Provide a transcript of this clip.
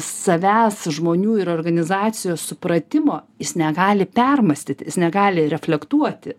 savęs žmonių ir organizacijos supratimo jis negali permąstyti jis negali reflektuoti